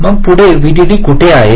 मग पुढे व्हीडीडी कुठे आहे